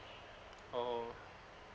oh